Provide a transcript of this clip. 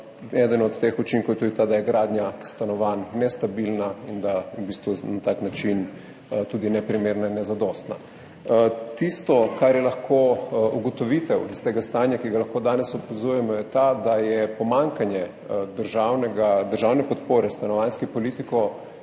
Eden od teh učinkov je tudi ta, da je gradnja stanovanj nestabilna in da v bistvu na tak način tudi neprimerna in nezadostna. Tisto, kar je lahko ugotovitev iz tega stanja, ki ga lahko danes opazujemo, je ta, da je pomanjkanje državne podpore s stanovanjsko politiko